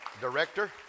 director